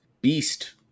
beast